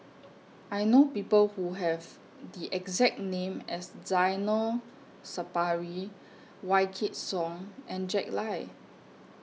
I know People Who Have The exact name as Zainal Sapari Wykidd Song and Jack Lai